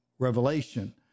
Revelation